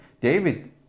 David